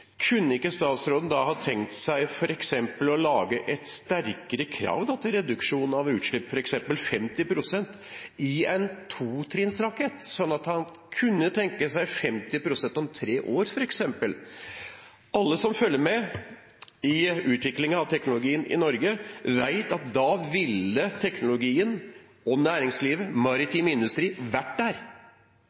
kunne han ikke da ha tenkt seg f.eks. å lage et sterkere krav til reduksjon av utslipp, f.eks. 50 pst. i en totrinnsrakett – sånn at man kunne tenke seg 50 pst. om tre år? Alle som følger med i utviklingen av denne teknologien i Norge, vet at da ville teknologien og næringslivet og maritim industri vært der,